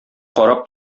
карап